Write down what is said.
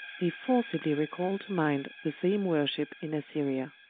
they forcibly recall to mind the same worship in assyria.